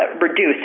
reduce